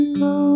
go